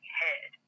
head